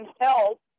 help